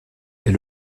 est